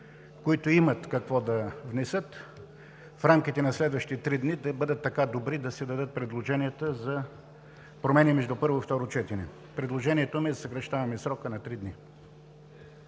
които имат какво да внесат, в рамките на следващите три дни да бъдат така добри да си дадат предложенията за промени между първо и второ четене. Предложението ми е за съкращаване на срока на три дни.